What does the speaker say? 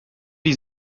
die